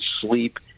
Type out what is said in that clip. sleep